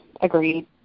agreed